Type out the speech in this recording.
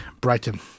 Brighton